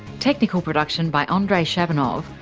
technical production by andrei shabunov,